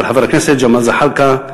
של חבר הכנסת ג'מאל זחאלקה.